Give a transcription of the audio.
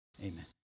Amen